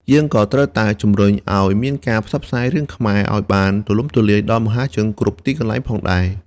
យើងក៏ត្រូវតែជំរុញឲ្យមានការផ្សព្វផ្សាយរឿងខ្មែរឲ្យបានទូលំទូលាយដល់មហាជនគ្រប់ទីកន្លែងផងដែរ។